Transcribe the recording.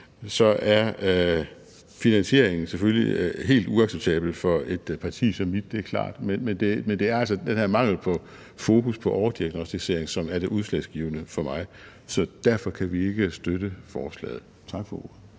så er finansieringen selvfølgelig helt uacceptabel for et parti som mit – det er klart. Men det er altså den her mangel på fokus på overdiagnosticering, som er det udslagsgivende for mig. Så derfor kan vi ikke støtte forslaget. Tak for ordet.